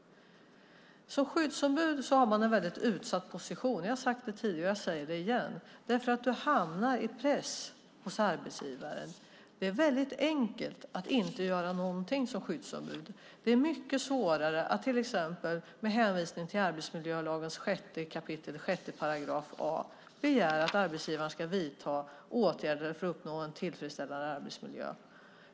Som skyddsombud har man en väldigt utsatt position. Jag har sagt det tidigare, och jag säger det igen. Du hamnar i press hos arbetsgivaren. Det är väldigt enkelt att inte göra någonting som skyddsombud. Det är mycket svårare att till exempel med hänvisning till arbetsmiljölagens 6 kap. 6 a § begära att arbetsgivaren ska vidta åtgärder för att uppnå en tillfredsställande arbetsmiljö.